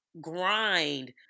grind